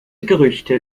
gerüchte